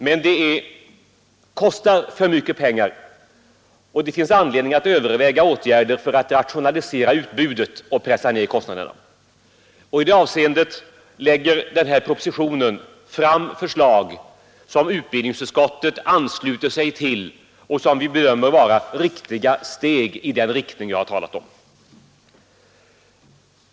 Men det kostar för mycket pengar, och det finns anledning att överväga åtgärder för att rationalisera utbudet och pressa ned kostnaderna. I det avseendet läggs i denna proposition fram förslag som utbildningsutskottet ansluter sig till och som vi bedömer vara viktiga steg i rätt riktning.